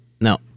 No